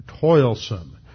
toilsome